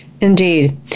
indeed